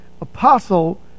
Apostle